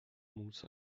موسی